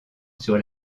sur